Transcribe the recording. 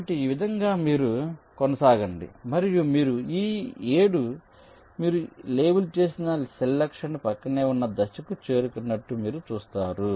కాబట్టి ఈ విధంగా మీరు కొనసాగండి మరియు మీరు ఈ 7 మీరు లేబుల్ చేసిన సెల్ లక్ష్యానికి ప్రక్కనే ఉన్న దశకు చేరుకున్నట్లు మీరు చూస్తారు